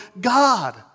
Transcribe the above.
God